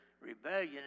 rebellion